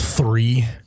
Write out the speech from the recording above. Three